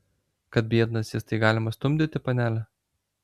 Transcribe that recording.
kad biednas jis tai galima stumdyti panele